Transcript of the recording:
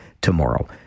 tomorrow